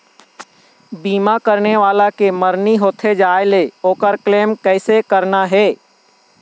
बीमा करने वाला के मरनी होथे जाय ले, ओकर क्लेम कैसे करना हे?